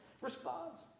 responds